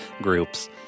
groups